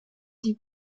die